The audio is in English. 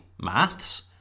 maths